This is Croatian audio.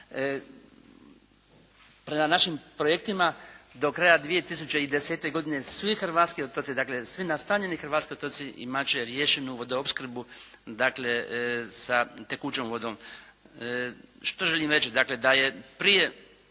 našim projektima do kraja 2010. godine svi hrvatski otoci, dakle svi nastanjeni hrvatski otoci imat će riješenu vodoopskrbu dakle sa tekućom vodom. Što želim reći?